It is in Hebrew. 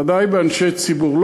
ודאי באנשי ציבור.